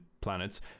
planets